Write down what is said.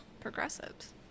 Progressives